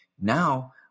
now